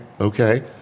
Okay